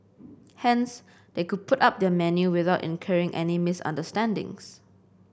hence they could put up their menu without incurring any misunderstandings